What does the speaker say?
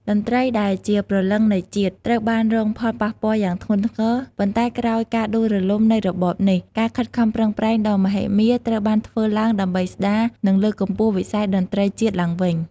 តន្ត្រីដែលជាព្រលឹងនៃជាតិ ត្រូវបានរងផលប៉ះពាល់យ៉ាងធ្ងន់ធ្ងរ ប៉ុន្តែក្រោយការដួលរលំនៃរបបនេះ ការខិតខំប្រឹងប្រែងដ៏មហិមាត្រូវបានធ្វើឡើងដើម្បីស្តារ និងលើកកម្ពស់វិស័យតន្ត្រីជាតិឡើងវិញ។